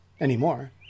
anymore